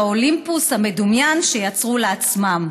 באולימפוס המדומיין שיצרו לעצמם.